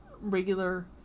regular